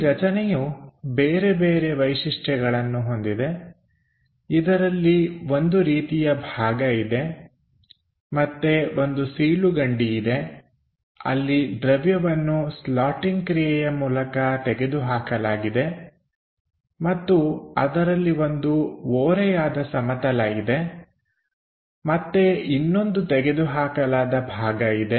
ಈ ರಚನೆಯು ಬೇರೆಬೇರೆ ವೈಶಿಷ್ಟ್ಯಗಳನ್ನು ಹೊಂದಿದೆಇದರಲ್ಲಿ ಒಂದು ರೀತಿಯ ಭಾಗ ಇದೆ ಮತ್ತೆ ಒಂದು ಸೀಳುಕಂಡಿ ಇದೆ ಅಲ್ಲಿ ದ್ರವ್ಯವನ್ನು ಸ್ಲಾಟಿಂಗ್ ಕ್ರಿಯೆಯ ಮೂಲಕ ತೆಗೆದುಹಾಕಲಾಗಿದೆ ಮತ್ತು ಅದರಲ್ಲಿ ಒಂದು ಓರೆಯಾದ ಸಮತಲ ಇದೆ ಮತ್ತೆ ಇನ್ನೊಂದು ತೆಗೆದುಹಾಕಲಾದ ಭಾಗ ಇದೆ